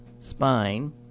spine